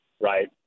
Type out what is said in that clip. right